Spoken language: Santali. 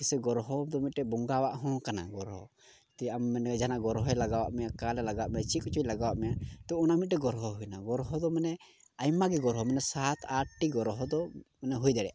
ᱡᱮᱥᱮ ᱜᱨᱚᱦᱚ ᱫᱚ ᱢᱤᱫᱴᱮᱡ ᱵᱚᱸᱜᱟ ᱟᱜ ᱦᱚᱸ ᱠᱟᱱᱟ ᱜᱨᱚᱦᱚ ᱪᱮ ᱟᱢ ᱢᱮᱱᱢᱮ ᱡᱟᱦᱟᱱᱟᱜ ᱜᱨᱦᱚᱦᱚᱭ ᱞᱟᱜᱟᱣᱟᱫ ᱢᱮᱭᱟ ᱠᱟᱞᱮ ᱞᱟᱜᱟᱣᱟᱫ ᱢᱮᱭᱟ ᱪᱮᱫ ᱠᱚᱪᱚᱭ ᱞᱟᱜᱟᱣᱟᱫ ᱢᱮᱭᱟ ᱛᱚ ᱚᱱᱟ ᱢᱤᱫᱴᱮᱡ ᱜᱨᱚᱦᱚ ᱦᱩᱭᱱᱟ ᱜᱨᱚᱦᱚ ᱫᱚ ᱢᱟᱱᱮ ᱟᱭᱢᱟ ᱜᱮ ᱜᱨᱚᱦᱚ ᱢᱟᱱᱮ ᱥᱟᱛ ᱟᱴᱴᱤ ᱜᱨᱚᱦᱚ ᱫᱚ ᱫᱚ ᱦᱩᱭ ᱫᱟᱲᱮᱭᱟᱜᱼᱟ